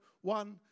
one